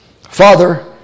Father